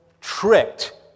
Tricked